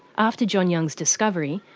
after john young's discovery,